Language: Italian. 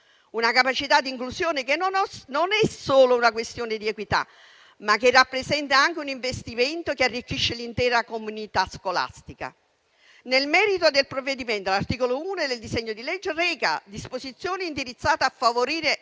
una capacità di inclusione che non è solo una questione di equità, ma rappresenta anche un investimento che arricchisce l'intera comunità scolastica. Nel merito del provvedimento l'articolo 1 del disegno di legge reca disposizioni indirizzate a favorire